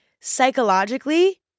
psychologically